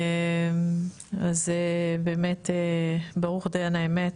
אז באמת ברוך דיין האמת